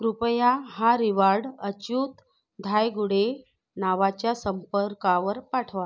कृपया हा रिवॉर्ड अच्युत धायगुडे नावाच्या संपर्कावर पाठवा